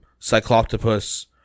Cycloptopus